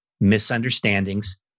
misunderstandings